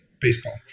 baseball